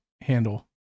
handle